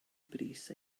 brys